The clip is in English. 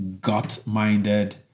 gut-minded